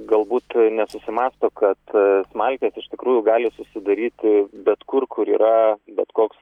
galbūt nesusimąsto kad smalkės iš tikrųjų gali susidaryti bet kur kur yra bet koks